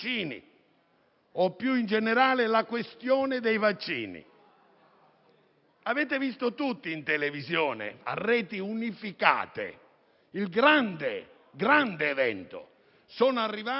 o più in generale la questione dei vaccini. Avete visto tutti in televisione, a reti unificate, il grande evento: sono arrivate